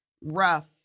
rough